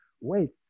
wait